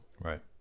Right